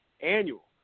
annual